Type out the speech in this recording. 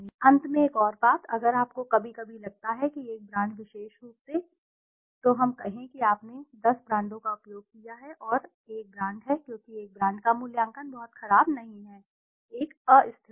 अंत में एक और बात अगर आपको कभी कभी लगता है कि एक ब्रांड विशेष रूप से तो हम कहें कि आपने 10 ब्रांडों का उपयोग किया है और एक ब्रांड है क्योंकि एक ब्रांड का मूल्यांकन बहुत खराब नहीं है एक अस्थिरता है